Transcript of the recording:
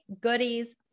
goodies